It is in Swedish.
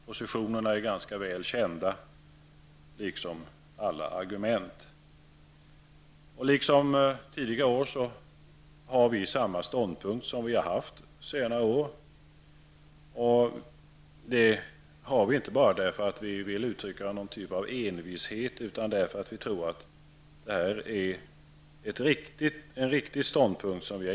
Positionerna är ganska väl kända, liksom alla argument. Vi har samma ståndpunkt som vi haft under senare år. Vi har det inte bara för att uttrycka något slags envishet, utan därför att vi tror att vi har intagit en riktig ståndpunkt.